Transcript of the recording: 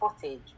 footage